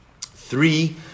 Three